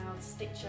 stitcher